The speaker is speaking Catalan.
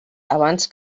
abans